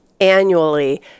annually